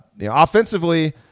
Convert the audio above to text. offensively